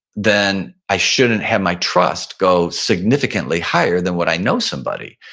then i shouldn't have my trust go significantly higher than what i know somebody.